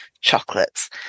chocolates